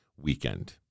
weekend